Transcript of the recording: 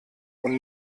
und